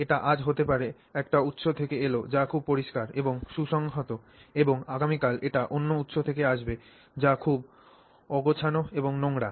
এটি আজ হতে পারে একটি উৎস থেকে এল যা খুব পরিষ্কার এবং সুসংহত এবং আগামীকাল এটি অন্য উৎস থেকে আসবে যা খুব অগোছালো এবং নোংরা